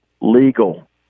Legal